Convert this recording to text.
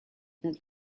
not